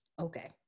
okay